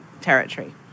territory